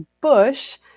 Bush